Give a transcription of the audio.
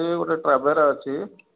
ଗୋଟିଏ ଟ୍ରାଭେରା ଅଛି